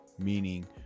meaning